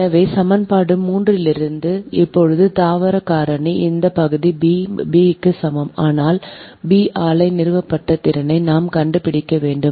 எனவே சமன்பாடு 3 இலிருந்து இப்போதுபிளான்ட் காரணி இந்த பகுதி b க்கு சமம் ஆனால் b ஆலை நிறுவப்பட்ட திறனை நாம் கண்டுபிடிக்க வேண்டும்